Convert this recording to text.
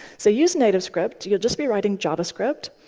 so use nativescript. you'll just be writing javascript.